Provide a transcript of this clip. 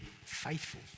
faithful